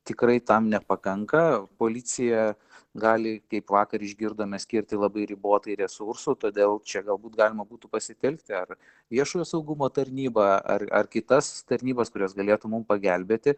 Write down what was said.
tikrai tam nepakanka policija gali kaip vakar išgirdome skirti labai ribotai resursų todėl čia galbūt galima būtų pasitelkti ar viešojo saugumo tarnybą ar ar kitas tarnybas kurios galėtų mum pagelbėti